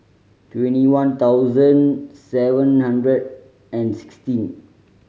twenty one thousand seven hundred and sixteen